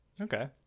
Okay